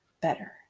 better